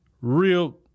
real